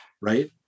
right